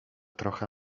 trocha